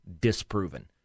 disproven